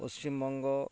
Paschim Banga